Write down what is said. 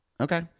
Okay